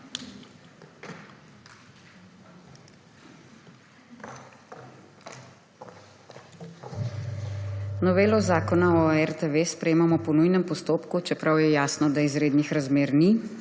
Novelo Zakona o RTV sprejemamo po nujnem postopku, čeprav je jasno, da izrednih razmer ni.